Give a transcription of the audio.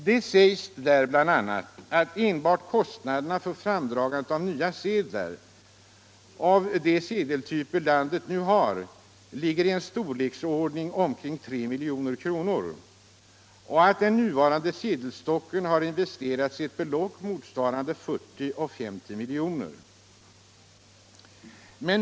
Där sägs bl.a. att enbart kostnaderna för framtagandet av nya sedlar, av de sedeltyper landet nu har, ligger i storleksordningen 3 milj.kr. och att i den nuvarande sedelstocken har investerats ett belopp motsvarande 40 å 50 milj.kr.